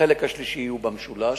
החלק השלישי הוא במשולש,